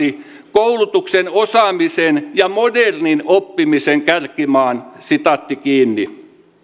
koulutuksen osaamisen ja modernin oppimisen kärkimaan